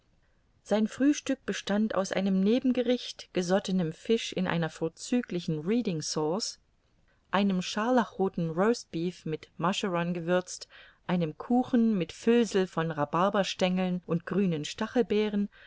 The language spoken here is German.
sein frühstück bestand aus einem nebengericht gesottenem fisch in einer vorzüglichen reading sauce einem scharlachrothen rostbeaf mit musheron gewürzt einem kuchen mit füllsel von rhabarberstengeln und grünen stachelbeeren